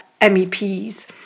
MEPs